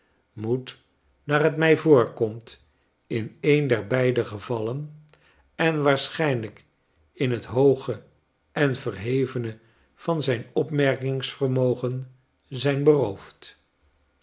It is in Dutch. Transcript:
moet naar het mij voorkomt in een der beide gevallen en waarschijnlijk in het hooge en verhevene van zijn opmerkingsvermogen zijn beroofd